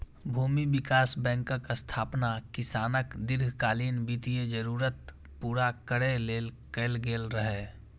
भूमि विकास बैंकक स्थापना किसानक दीर्घकालीन वित्तीय जरूरत पूरा करै लेल कैल गेल रहै